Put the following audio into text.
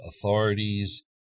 authorities